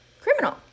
criminal